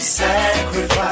sacrifice